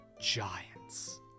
Giants